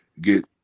get